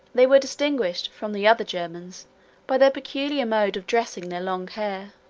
they were distinguished from the other germans by their peculiar mode of dressing their long hair,